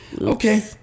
Okay